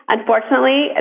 Unfortunately